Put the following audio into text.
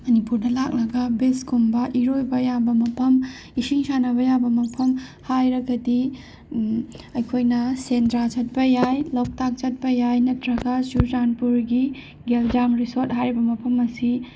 ꯃꯅꯤꯄꯨꯔꯗ ꯂꯥꯛꯂꯒ ꯕꯤꯁꯀꯨꯝꯕ ꯏꯔꯣꯏꯕ ꯌꯥꯕ ꯃꯐꯝ ꯏꯁꯤꯡ ꯁꯥꯟꯅꯕ ꯌꯥꯕ ꯃꯐꯝ ꯍꯥꯏꯔꯒꯗꯤ ꯑꯩꯈꯣꯏꯅ ꯁꯦꯟꯗ꯭ꯔꯥ ꯆꯠꯄ ꯌꯥꯏ ꯂꯣꯛꯇꯥꯛ ꯆꯠꯄ ꯌꯥꯏ ꯅꯠꯇ꯭ꯔꯒ ꯆꯨꯔꯆꯥꯟꯄꯨꯔꯒꯤ ꯒꯦꯜꯖꯥꯡ ꯔꯤꯁꯣꯔꯠ ꯍꯥꯏꯔꯤꯕ ꯃꯐꯝ ꯑꯁꯤ